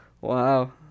wow